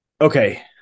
Okay